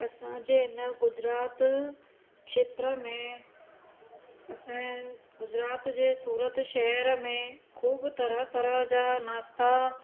असांजे इन गुजरात क्षेत्र में असांजा गुजरात जे सूरत शहर में ख़ूबु तरह तरह जा नाश्ता